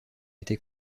été